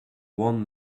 one